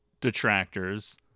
detractors